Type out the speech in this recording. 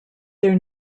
their